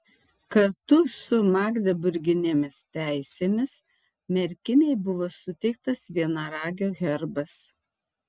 kartu su magdeburginėmis teisėmis merkinei buvo suteiktas vienaragio herbas